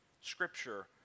Scripture